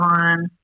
on